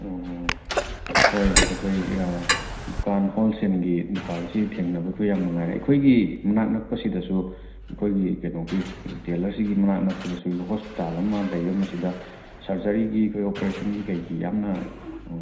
ꯑꯣ ꯍꯣꯏ ꯑꯩꯈꯣꯏ ꯑꯥ ꯗꯨꯀꯥꯟ ꯍꯣꯜꯁꯦꯜꯒꯤ ꯗꯨꯀꯥꯟ ꯑꯁꯤ ꯊꯦꯡꯅꯕ ꯑꯩꯈꯣꯏ ꯌꯥꯝ ꯅꯨꯡꯉꯥꯏꯔꯦ ꯑꯩꯈꯣꯏꯒꯤ ꯃꯅꯥꯛ ꯅꯛꯄ ꯁꯤꯗꯁꯨ ꯑꯩꯈꯣꯏꯒꯤ ꯀꯩꯅꯣꯒꯤ ꯔꯤꯇꯦꯂꯔꯁꯤꯒꯤ ꯃꯅꯥꯛ ꯅꯛꯄꯗꯁꯨ ꯍꯣꯁꯄꯤꯇꯥꯜ ꯑꯃ ꯂꯩꯌꯦ ꯃꯁꯤꯗ ꯁꯔꯖꯔꯤꯒꯤ ꯑꯩꯈꯣꯏ ꯑꯣꯄꯦꯔꯦꯁꯟꯒꯤ ꯀꯔꯤꯒꯤ ꯌꯥꯝꯅ ꯑꯥ